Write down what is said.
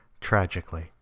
Tragically